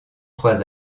trois